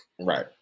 Right